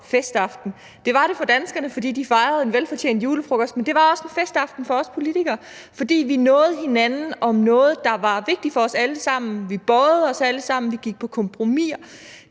Det var det for danskerne, fordi de fejrede en velfortjent julefrokost, men det var også en festaften for os politikere, fordi vi nåede hinanden om noget, der var vigtigt for os alle sammen. Vi bøjede os alle sammen, vi gik på kompromis